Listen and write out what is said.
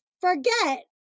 forget